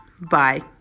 Bye